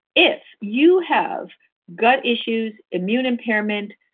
if you have gut issues, immune impairment,